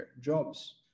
jobs